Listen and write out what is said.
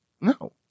No